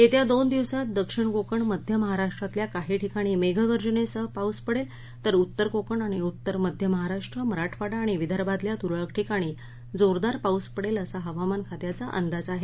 येत्या दोन दिवसात दक्षिण कोकण मध्य महाराष्ट्रातल्या काही ठिकाणी मेघगर्जनेसह पाऊस पडेल तर उत्तर कोकण आणि उत्तर मध्य महाराष्ट्र मराठवाडा आणि विदर्भातल्या तुरळक ठिकाणी जोरदार पाऊस पडेल असा हवामान खात्याचा अंदाज आहे